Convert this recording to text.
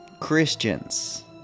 Christians